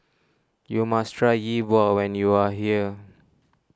you must try Yi Bua when you are here